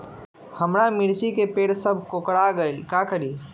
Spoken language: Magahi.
हमारा मिर्ची के पेड़ सब कोकरा गेल का करी?